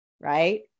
Right